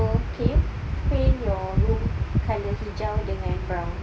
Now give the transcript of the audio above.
okay paint your room colour hijau dengan brown